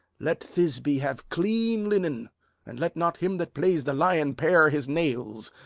let thisby have clean linen and let not him that plays the lion pare his nails,